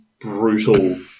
brutal